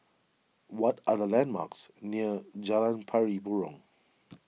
what are the landmarks near Jalan Pari Burong